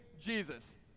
Jesus